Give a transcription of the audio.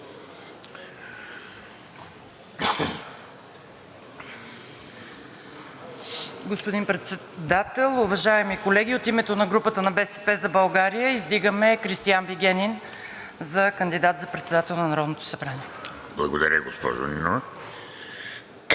Господин Председател, уважаеми колеги! От името на групата на „БСП за България“ издигаме Кристиан Вигенин за кандидат за председател на Народното събрание. ВРЕМЕНЕН